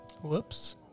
Whoops